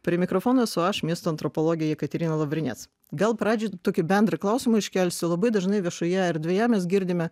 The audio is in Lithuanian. prie mikrofono esu aš miesto antropologė jekaterina lavrinec gal pradžioj tokį bendrą klausimą iškelsiu labai dažnai viešoje erdvėje mes girdime